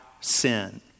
sin